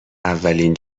اولین